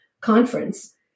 conference